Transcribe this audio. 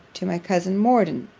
to my cousin morden,